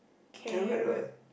carrot